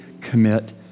commit